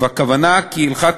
והכוונה כי הלכת